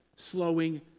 slowing